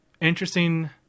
interesting